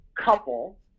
couple